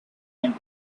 and